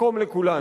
מקום לכולנו.